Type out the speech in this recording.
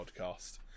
podcast